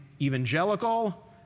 evangelical